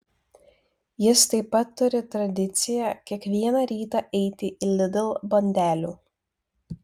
jis taip pat turi tradiciją kiekvieną rytą eiti į lidl bandelių